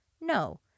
No